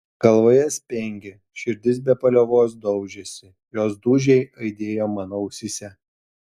galvoje spengė širdis be paliovos daužėsi jos dūžiai aidėjo man ausyse